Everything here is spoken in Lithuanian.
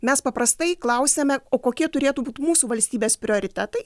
mes paprastai klausiame o kokie turėtų būt mūsų valstybės prioritetai